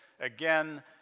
again